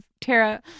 tara